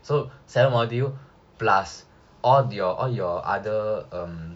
so seven module plus all your all your other um